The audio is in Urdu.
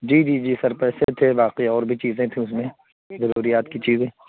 جی جی جی سر پیسے تھے باقی اور بھی چیزیں تھیں اس میں ضروریات کی چیزیں